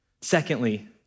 Secondly